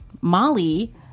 Molly